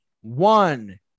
one